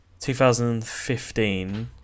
2015